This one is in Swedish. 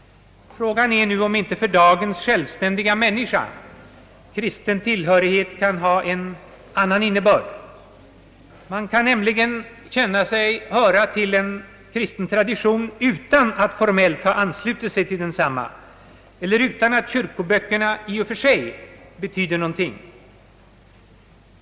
Frågan är nu om inte för dagens självständiga människa kristen tillhörighet kan ha en annan innebörd. Man kan nämligen känna sig höra till en kristen tradition utan att formellt ha anslutit sig till densamma eller utan att kyrkoböckerna i och för sig betyder någonting.